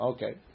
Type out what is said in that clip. Okay